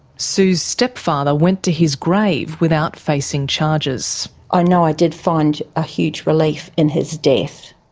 sue's stepfather went to his grave without facing charges. i know i did find a huge relief in his death.